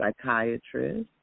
psychiatrist